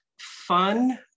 Fun